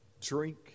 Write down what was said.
drink